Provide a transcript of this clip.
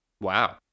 Wow